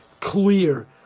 clear